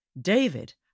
David